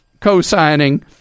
co-signing